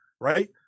right